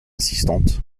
assistante